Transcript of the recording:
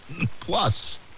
Plus